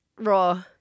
Raw